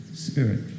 Spirit